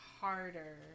harder